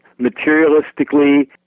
materialistically